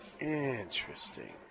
Interesting